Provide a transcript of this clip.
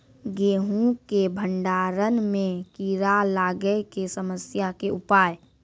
गेहूँ के भंडारण मे कीड़ा लागय के समस्या के उपाय?